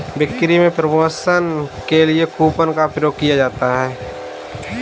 बिक्री में प्रमोशन के लिए कूपन का प्रयोग किया जाता है